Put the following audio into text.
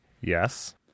Yes